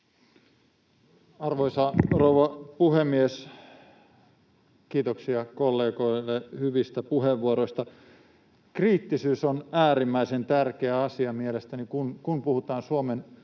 Arvoisa rouva puhemies! Kiitoksia kollegoille hyvistä puheenvuoroista. Kriittisyys on äärimmäisen tärkeä asia mielestäni, kun puhutaan Suomen